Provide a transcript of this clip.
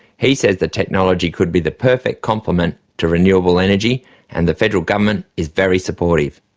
he says the technology could be the perfect complement to renewable energy and the federal government is very supportive.